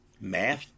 Math